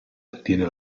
ottiene